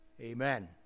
Amen